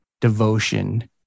devotion